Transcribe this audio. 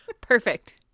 Perfect